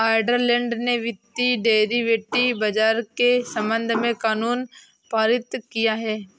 Ireland ने वित्तीय derivative बाजार के संबंध में कानून पारित किया है